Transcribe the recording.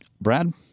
Brad